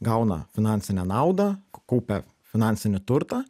gauna finansinę naudą kaupia finansinį turtą